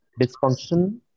dysfunction